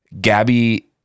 Gabby